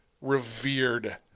revered